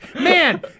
Man